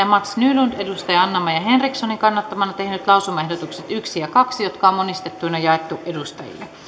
mats nylund on anna maja henrikssonin kannattamana tehnyt lausumaehdotukset yksi ja kaksi jotka on monistettuina jaettu edustajille